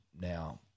now